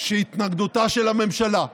שהתנגדותה של הממשלה,